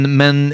men